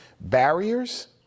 barriers